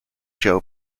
joe